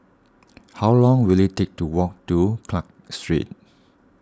how long will it take to walk to Clarke Street